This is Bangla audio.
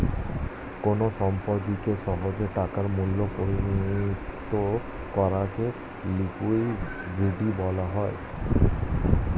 কোন সম্পত্তিকে সহজে টাকার মূল্যে পরিণত করাকে লিকুইডিটি বলা হয়